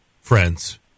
friends